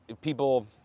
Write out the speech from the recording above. people